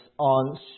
on